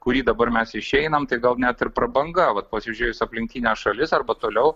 kurį dabar mes išeinam tai gal net ir prabanga vat pasižiūrėjus aplinkines šalis arba toliau